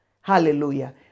Hallelujah